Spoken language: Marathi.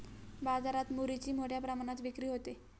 बाजारात मुरीची मोठ्या प्रमाणात विक्री होते